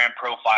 profile